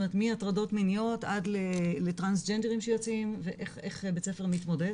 מהטרדות מיניות עד לטראסנג'נדרים שיוצאים ואיך בית ספר מתמודד